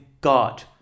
God